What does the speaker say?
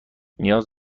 نیاز